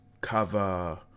cover